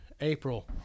April